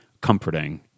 comforting